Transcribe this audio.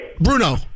Bruno